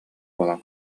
буолан